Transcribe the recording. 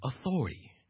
authority